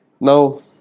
Now